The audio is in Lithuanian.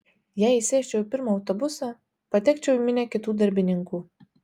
jei įsėsčiau į pirmą autobusą patekčiau į minią kitų darbininkų